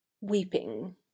weeping